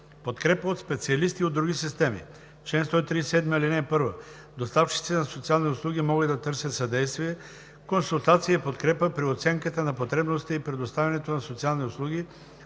„Подкрепа от специалисти от други системи Чл. 137. (1) Доставчиците на социални услуги могат да търсят съдействие, консултация и подкрепа при оценката на потребностите и предоставянето на социални услуги